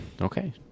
Okay